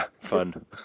Fun